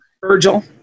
Virgil